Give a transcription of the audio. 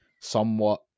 somewhat